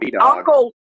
Uncle